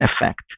effect